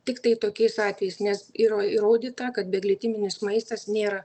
tiktai tokiais atvejais nes yra įrodyta kad be glitiminis maistas nėra